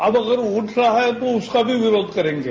अब अगर उठ रहा है तो उसका भी विरोध करेंगे